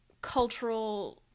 cultural